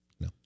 no